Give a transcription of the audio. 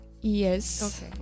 Yes